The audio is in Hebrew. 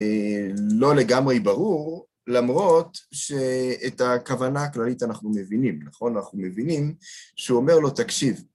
לא לגמרי ברור, למרות שאת הכוונה הכללית אנחנו מבינים, נכון? אנחנו מבינים שהוא אומר לו תקשיב.